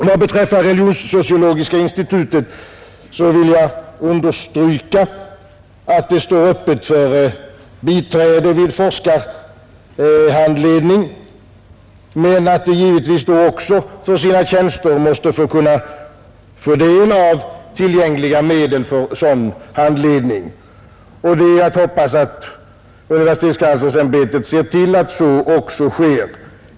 Vad beträffar Religionssociologiska institutet i Stockholm vill jag understryka att det står öppet för biträde vid forskarhandledning men att det givetvis då också för sina tjänster måste få del av tillgängliga medel för sådan handledning. Det är att hoppas att universitetskanslersämbetet ser till att så också sker.